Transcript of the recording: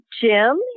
Jim